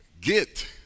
get